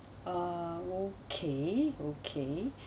uh okay okay